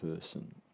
person